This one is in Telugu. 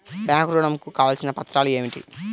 బ్యాంక్ ఋణం కు కావలసిన పత్రాలు ఏమిటి?